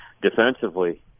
defensively